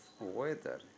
weather